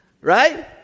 Right